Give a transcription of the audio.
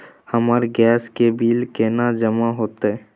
हमर गैस के बिल केना जमा होते?